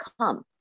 come